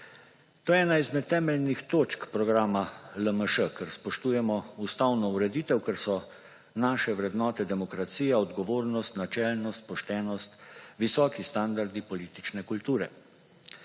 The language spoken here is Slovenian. To je ena izmed temeljnih točk programa LMŠ, ker spoštujemo ustavno ureditev, ker so naše vrednote demokracija, odgovornost, načelnost, poštenost, visoki standardi politične kulture.